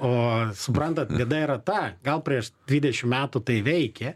o suprantat bėda yra ta gal prieš dvidešim metų tai veikė